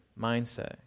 mindset